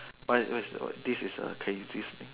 what is the word this is a craziest thing